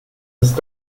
ist